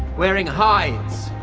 wearing hides,